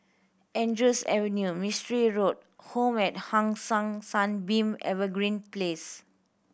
Andrews Avenue Mistri Road Home at Hong San Sunbeam Evergreen Place